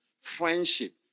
friendship